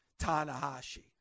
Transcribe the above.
Tanahashi